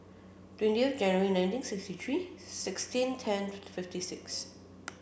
January nineteen sixty three sixteen ten twenty fifty six